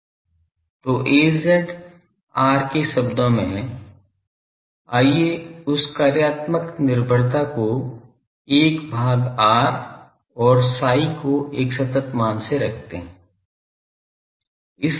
तो Az r के शब्दो में है आइए उस कार्यात्मक निर्भरता को 1 भाग r और psi को एक सतत मान से रखते है